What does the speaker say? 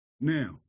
now